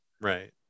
Right